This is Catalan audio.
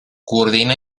coordina